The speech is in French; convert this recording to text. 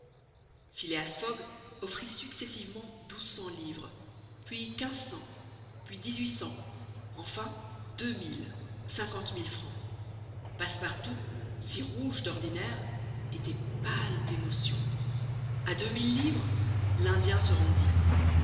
phileas fogg offrit successivement douze cents livres puis quinze cents puis dix-huit cents enfin deux mille francs passepartout si rouge d'ordinaire était pâle d'émotion a deux mille livres l'indien se rendit